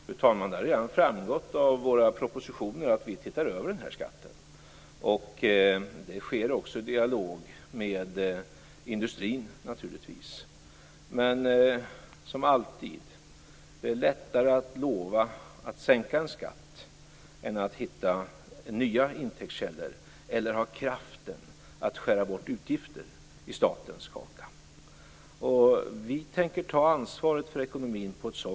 Fru talman! Det har redan framgått av våra propositioner att vi tittar över denna skatt. Det sker också i dialog med industrin. Det är som alltid lättare att lova att sänka en skatt än att hitta nya intäktskällor eller ha kraften att skära bort utgifter i statens kaka. Vi tänker ta ansvaret för ekonomin.